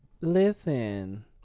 Listen